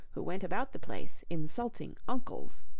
who went about the place insulting uncles.